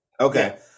okay